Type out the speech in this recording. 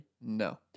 No